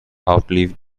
outlive